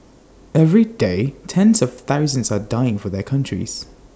every day tens of thousands are dying for their countries